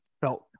felt